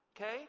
okay